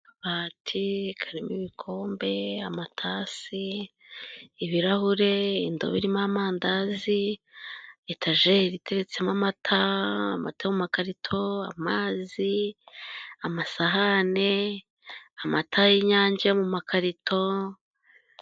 Akabati karimo ibikombe, amatasi, ibirahure, indobo irimo amandazi, etajeri iteretsemo amata, amata yo mu makarito, amazi, amasahani, amata y'Inyange yo mu makarito.